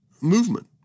movement